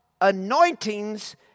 anointings